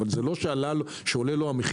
אבל זה לא שהמחיר שלו עולה יותר.